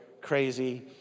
crazy